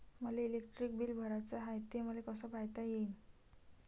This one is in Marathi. मले इलेक्ट्रिक बिल भराचं हाय, ते मले कस पायता येईन?